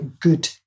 good